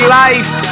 life